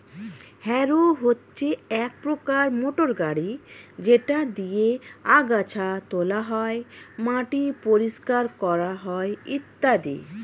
harrow হচ্ছে এক প্রকার মোটর গাড়ি যেটা দিয়ে আগাছা তোলা হয়, মাটি পরিষ্কার করা হয় ইত্যাদি